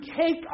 take